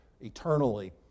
eternally